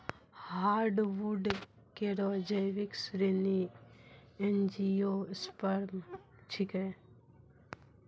hardwood केरो जैविक श्रेणी एंजियोस्पर्म छिकै